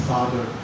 Father